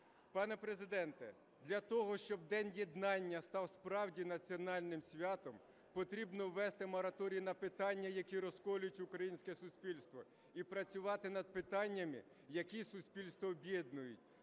Пане Президенте, для того, щоб День єднання став справді національним святом, потрібно ввести мораторій на питання, які розколюють українське суспільство, і працювати над питаннями, які суспільство об'єднують: